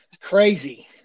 Crazy